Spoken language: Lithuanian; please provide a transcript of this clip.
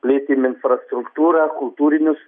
plėtėm infrastruktūrą kultūrinius